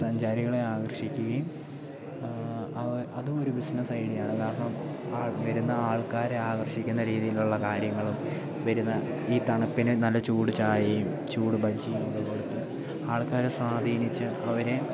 സഞ്ചാരികളെ ആകർഷിക്കുകയും അവ അതും ഒരു ബിസിനസ്സ് ഐഡിയയാണ് കാരണം വരുന്ന ആൾക്കാരെ ആകർഷിക്കുന്ന രീതിയിലുള്ള കാര്യങ്ങളും വരുന്ന ഈ തണുപ്പിന് നല്ല ചൂട് ചായയും ചൂട് ബജ്ജിയുമൊക്കെ കൊടുത്ത് ആൾക്കാരെ സാധീനിച്ച് അവരെ